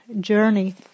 journey